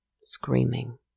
screaming